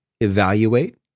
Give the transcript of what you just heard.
evaluate